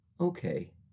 okay